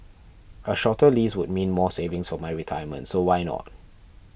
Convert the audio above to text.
a shorter lease would mean more savings for my retirement so why not